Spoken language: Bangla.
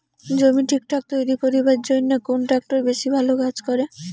জমি ঠিকঠাক তৈরি করিবার জইন্যে কুন ট্রাক্টর বেশি ভালো কাজ করে?